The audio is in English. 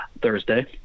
thursday